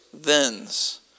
thens